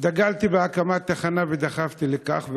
דגלתי בהקמת תחנה ודחפתי לכך,